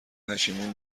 پشیمون